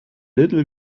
little